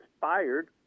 fired